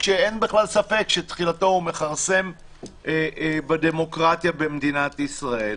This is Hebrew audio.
שאין בכלל ספק שהוא מכרסם בדמוקרטיה במדינת ישראל.